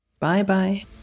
Bye-bye